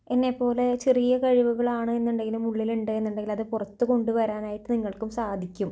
എന്നെപ്പോലെ ചെറിയ കഴിവുകളാണ് എന്നുണ്ടെങ്കിലും ഉള്ളിൽ ഉണ്ട് എന്നുണ്ടെങ്കിൽ അത് പുറത്ത് കൊണ്ടുവരാനായിട്ട് നിങ്ങൾക്കും സാധിക്കും